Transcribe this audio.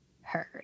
heard